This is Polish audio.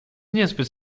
niezbyt